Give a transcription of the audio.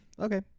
Okay